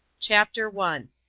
chapter one.